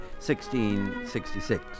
1666